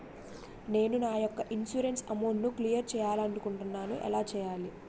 నేను నా యెక్క ఇన్సురెన్స్ అమౌంట్ ను క్లైమ్ చేయాలనుకుంటున్నా ఎలా చేయాలి?